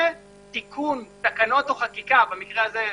ותיקון תקנות או חקיקה במקרה הזה,